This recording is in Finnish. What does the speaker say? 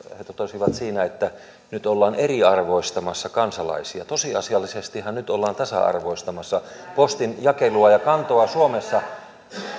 he totesivat siinä että nyt ollaan eriarvoistamassa kansalaisia tosiasiallisestihan nyt ollaan tasa arvoistamassa postinjakelua ja kantoa suomessa